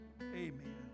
Amen